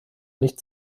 nicht